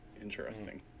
interesting